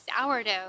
sourdough